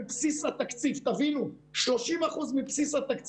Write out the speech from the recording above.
נציין בהקשר הזה שגם ליועץ לקשרי ממשל לפיתוח הגליל וגם